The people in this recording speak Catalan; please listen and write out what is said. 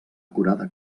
acurada